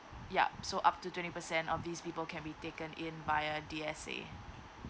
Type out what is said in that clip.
yup so up to twenty percent of these people can be taken in via D_S_A